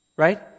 Right